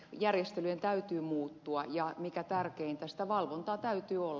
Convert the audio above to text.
järjestelyjen täytyy muuttua ja mikä tärkeintä valvontaa täytyy olla